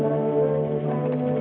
or